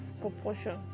proportion